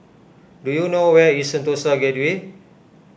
do you know where is Sentosa Gateway